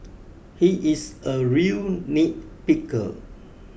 he is a real nitpicker